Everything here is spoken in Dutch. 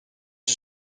een